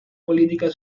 política